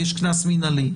יש קנס מינהלי.